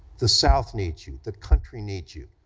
the south needs you, the country needs you.